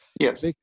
Yes